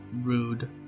rude